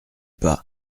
pas